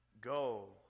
Go